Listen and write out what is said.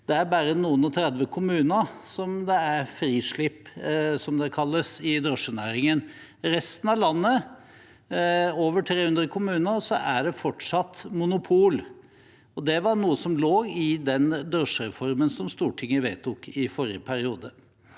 det er frislipp, som det kalles, i drosjenæringen. I resten av landet, i over 300 kommuner, er det fortsatt monopol. Det var noe som lå i den drosjereformen som Stortinget vedtok i forrige periode.